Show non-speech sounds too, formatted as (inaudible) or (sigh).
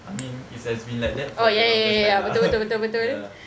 I mean it has been like that for the longest time lah (laughs) ya